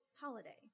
holiday